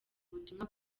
ubutumwa